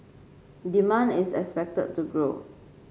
demand is expected to grow